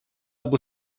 obu